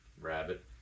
rabbit